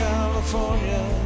California